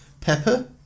pepper